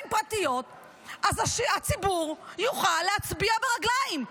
פרטיות אז הציבור יוכל להצביע ברגליים.